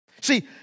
See